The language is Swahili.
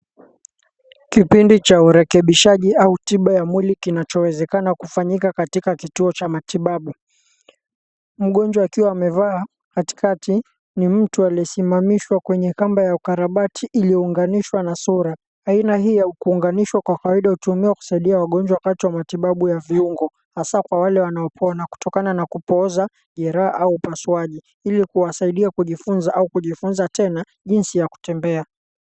Kipindi cha urehekebishaji au tiba mwilini kinawezekana kufanyika katika kituo cha matibabu. Mgonjwa akiwa amevaa, katikati ni mtu aliyesimamishwa kwenye kamba ya ukarabati iliyounganishwa na sura. Aina hii ya kuunganishwa kwa kawaida hutumia kusaidia wagonjwa wakati wa matibabu ya viungo , haswa wale wanaopona kutokana na kupooza jeraha au upasuaji ili kuwasaidia kujifunza au kujifunza tena jinsi ya kutembea.